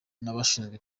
n’abashinzwe